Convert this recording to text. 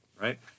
right